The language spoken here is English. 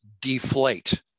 deflate